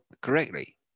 correctly